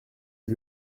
est